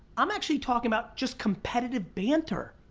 i'm actually talking about just competitive banter.